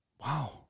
Wow